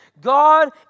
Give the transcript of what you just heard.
God